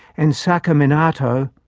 and sakaiminato,